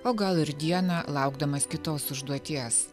o gal ir dieną laukdamas kitos užduoties